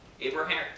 Abraham